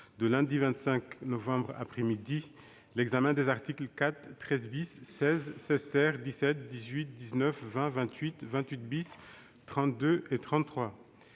du lundi 25 novembre après-midi l'examen des articles 4, 13, 16, 16, 17, 18, 19, 20, 28, 28, 32 et 33.